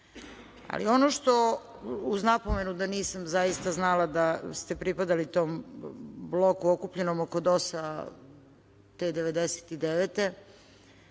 pravu. Ono što, uz napomenu da nisam zaista znala da ste pripadali tom bloku okupljenom oko DOS-a te 1999.